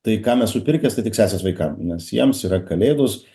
tai kam esu pirkęs tai tik sesės vaikam nes jiems yra kalėdos